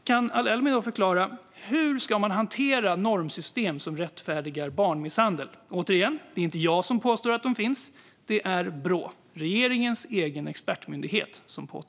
Kan Ali-Elmi då förklara hur man ska hantera normsystem som rättfärdigar barnmisshandel? Det är återigen alltså inte jag som påstår att de finns, utan det är Brå, regeringens egen expertmyndighet.